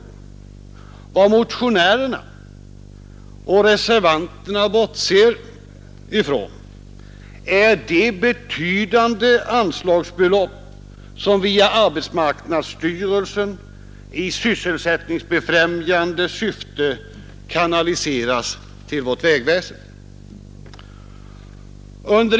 Vad motionärerna och reservanterna bortser ifrån är de betydande anslagsbelopp som via arbetsmarknadsstyrelsen i sysselsättningsbefrämjande syfte kanaliseras till vårt vägväsende.